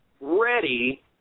ready